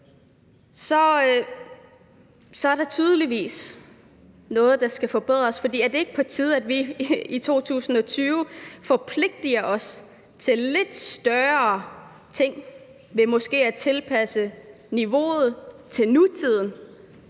mål, er der tydeligvis noget, der skal forbedres, for er det ikke på tide, at vi i 2020 forpligter os til lidt større ting ved måske at tilpasse niveauet til nutiden,